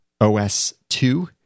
os2